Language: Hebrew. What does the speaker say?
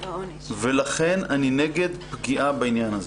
לכן אני נגד פגיעה בעניין הזה.